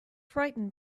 frightened